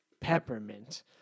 peppermint